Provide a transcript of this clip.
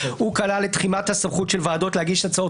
הוא כלל את תחימת הסמכות של ועדות להגיש הצעות